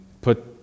put